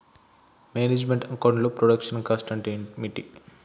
Manage meant account లో production cost అంటే ఏమిటి?